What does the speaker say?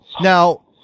Now